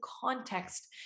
context